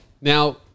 Now